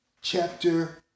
chapter